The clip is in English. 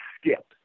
skip